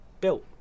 built